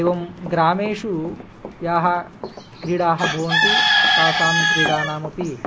एवं ग्रामेषु याः क्रीडाः भवन्ति तासां क्रीडानामपि